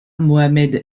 mohamed